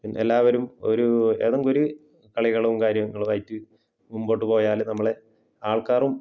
എല്ലാവരും ഒരു ഏതെങ്കിലും ഒരു കളികളും കാര്യങ്ങളും ആയിട്ട് മുമ്പോട്ട് പോയാൽ നമ്മളെ അൾക്കാരും